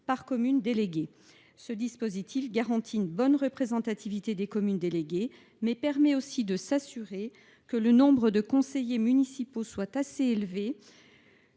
par commune déléguée. Un tel dispositif garantira une bonne représentation des communes déléguées, mais permettra aussi de s’assurer que le nombre de conseillers municipaux soit assez élevé